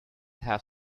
have